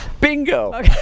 bingo